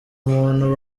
umuntu